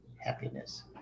happiness